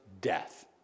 death